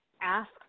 ask